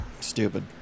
Stupid